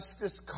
justice